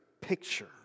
picture